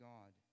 God